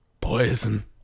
poison